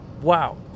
Wow